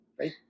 right